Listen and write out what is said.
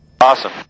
awesome